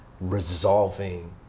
resolving